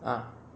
ah